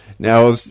Now